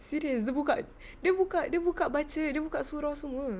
serious dia buka dia buka dia buka baca dia buka surah semua